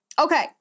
Okay